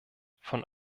von